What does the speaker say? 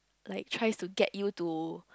like tries to get you to